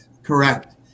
Correct